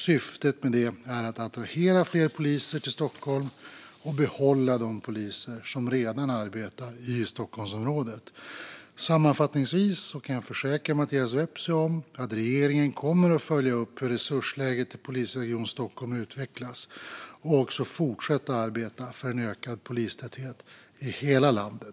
Syftet är att attrahera fler poliser till Stockholm och behålla de poliser som redan arbetar i just Stockholmsområdet. Sammanfattningsvis kan jag försäkra Mattias Vepsä om att regeringen kommer att följa upp hur resursläget i polisregion Stockholm utvecklas och även arbeta för ökad polistäthet i hela landet.